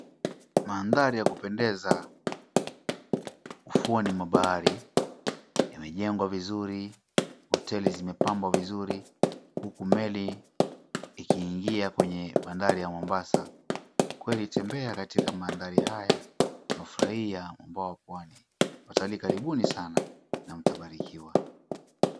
Mandhari ya kupendeza ufuoni mwa bahari, yamejengwa vizuri, hoteli zimepambwa vizuri huku meli ikiingia kwenye bandari ya Mombasa. Kweli tembea katika mandari haya na ufurahie ubwawa wa pwani. Watalii karibuni sana na mtabarikiwa.